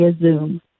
Zoom